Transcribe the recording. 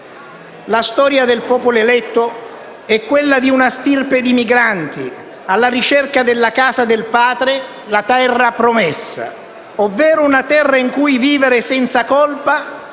La storia del popolo eletto è quella di una stirpe di migranti alla ricerca della casa del Padre, la Terra promessa, ovvero una terra in cui vivere senza colpa,